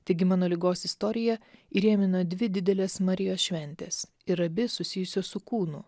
taigi mano ligos istoriją įrėmino dvi didelės marijos šventės ir abi susijusios su kūnu